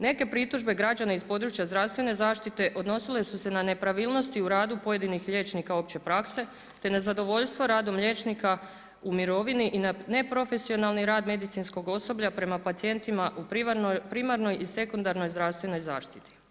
Neke pritužbe građana iz područja zdravstvene zaštite odnosile su se na nepravilnosti u radu pojedinih liječnika opće prakse te nezadovoljstvom radom liječnika u mirovini i na neprofesionalni rad medicinskog osoblja prema pacijentima u primarnoj i sekundarnoj zdravstvenoj zaštiti.